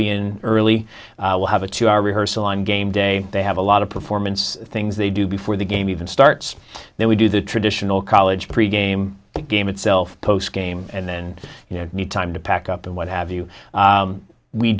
be in early will have a two hour rehearsal on game day they have a lot of performance things they do before the game even starts then we do the traditional college pre game game itself post game and then you know need time to pack up and what have you